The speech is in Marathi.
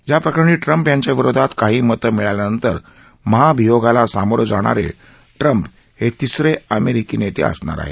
या प्रकरणी ट्रम्प यांच्या विरोधात काही मतं मिळाल्यानंतर महाभियोगाला सामोरे जाणारे ट्रम्प हे तिसरे अमेरिकी नेते असणार आहेत